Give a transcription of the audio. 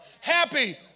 Happy